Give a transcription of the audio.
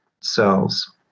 cells